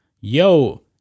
Yo